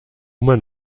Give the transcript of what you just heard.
man